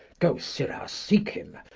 go, sirrah, seek him.